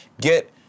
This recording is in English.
Get